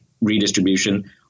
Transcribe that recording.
redistribution